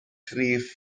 rhif